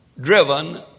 Driven